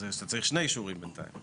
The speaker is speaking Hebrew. אז אתה צריך שני אישורים בינתיים.